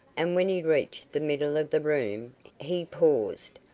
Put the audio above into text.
and when he reached the middle of the room he paused,